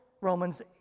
Romans